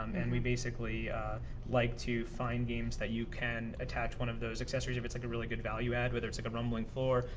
um and we basically like to find games that you can attach one of those accessories, if it's like a really good value add, whether it's a rumbling floor,